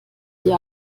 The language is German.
die